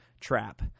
trap